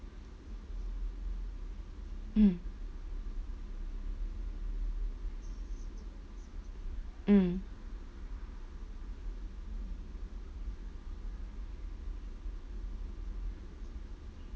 mm mm